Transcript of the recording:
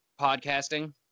podcasting